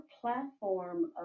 platform